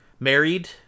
married